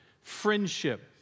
friendship